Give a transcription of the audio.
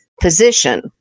position